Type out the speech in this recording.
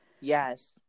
Yes